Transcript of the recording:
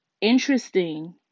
interesting